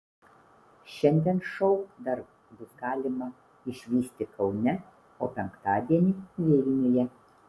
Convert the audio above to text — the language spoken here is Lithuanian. šiandien šou dar bus galima išvysti kaune o penktadienį vilniuje